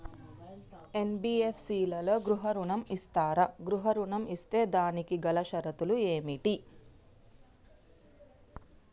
NBFC లలో గృహ ఋణం ఇస్తరా? గృహ ఋణం ఇస్తే దానికి గల షరతులు ఏమిటి?